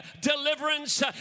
deliverance